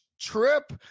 trip